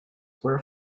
were